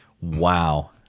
Wow